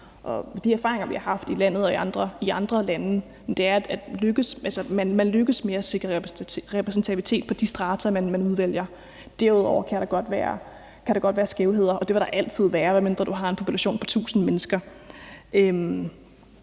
Og de erfaringer, vi har haft i landet, og som de har haft i andre lande, er, at man lykkes med at sikre repræsentation på de strata, man udvælger. Derudover kan der godt være skævheder. Og det vil der altid være, medmindre du har en population på 1.000 mennesker. Nu